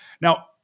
Now